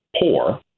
poor